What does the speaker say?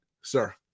sir